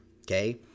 Okay